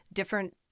different